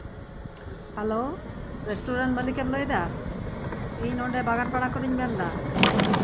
hello restaurant ᱢᱟᱞᱤᱠᱮᱢ ᱞᱟᱹᱭᱫᱟ ᱤᱧ ᱱᱚᱸᱰᱮ ᱵᱟᱜᱟᱱᱯᱟᱲᱟ ᱠᱷᱚᱱᱤᱧ ᱢᱮᱱᱫᱟ